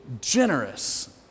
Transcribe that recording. Generous